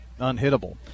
unhittable